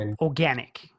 organic